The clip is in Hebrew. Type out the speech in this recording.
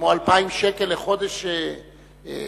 כמו 2,000 שקל לחודש מים.